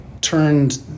turned